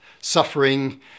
suffering